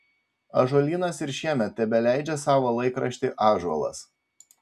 ąžuolynas ir šiemet tebeleidžia savo laikraštį ąžuolas